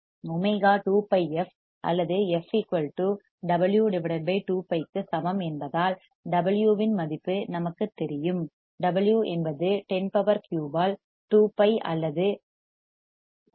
omega 2 π f அல்லது f w 2π க்கு சமம் என்பதால் w இன் மதிப்பு நமக்குத் தெரியும் w என்பது 103 ஆல் 2π அல்லது 318